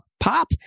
Pop